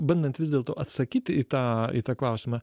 bandant vis dėlto atsakyt į tą į tą klausimą